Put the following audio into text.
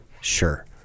Sure